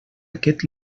aquest